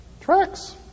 Tracks